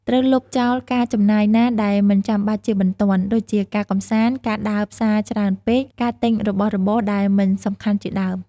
ត្រូវលុបចោលការចំណាយណាដែលមិនចាំបាច់ជាបន្ទាន់ ដូចជាការកម្សាន្ត ការដើរផ្សារច្រើនពេក ការទិញរបស់របរដែលមិនសំខាន់ជាដើម។